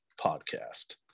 podcast